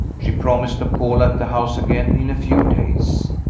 she promised to call at the house again in a few days.